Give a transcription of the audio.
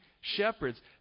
shepherds